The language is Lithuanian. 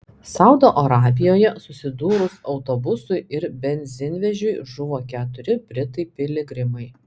saudo arabijoje susidūrus autobusui ir benzinvežiui žuvo keturi britai piligrimai